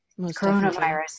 coronavirus